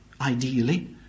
ideally